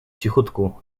cichutku